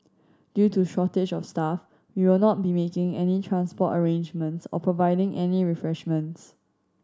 due to shortage of staff we will not be making any transport arrangements or providing any refreshments